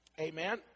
Amen